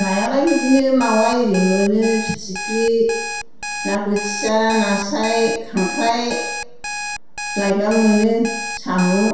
नायालाय बिदिनो मावा इरि मोनो फिथिख्रि ना बोथिया नास्राय खांख्राय लायब्ला मोनो साम'